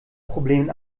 problem